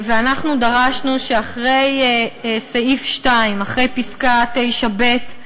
אנחנו דרשנו שאחרי סעיף 2, אחרי פסקה (9ב)